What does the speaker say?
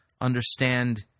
understand